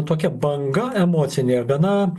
tokia banga emocinė ir gana